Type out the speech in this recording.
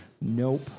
nope